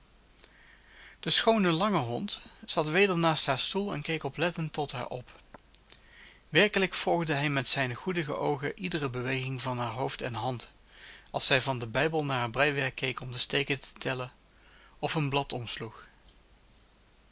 de schoone lange hond zat weder naast haar stoel en keek oplettend tot haar op werkelijk volgde hij met zijne goedige oogen iedere beweging van haar hoofd en hand als zij van den bijbel naar haar breiwerk keek om de steken te tellen of een blad omsloeg